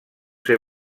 ser